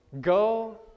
Go